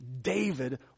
David